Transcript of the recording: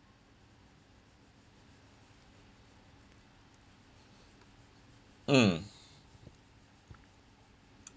mm